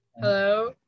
Hello